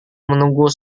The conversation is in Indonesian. menunggu